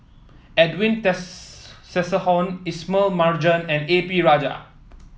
Edwin Ismail Marjan and A P Rajah